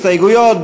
הסתייגויות,